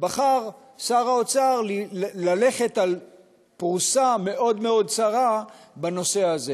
בחר שר האוצר ללכת על פרוסה צרה מאוד מאוד בנושא הזה.